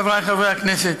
חבריי חברי הכנסת,